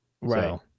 Right